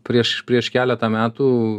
prieš prieš keletą metų